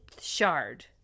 Shard